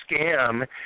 scam